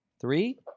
three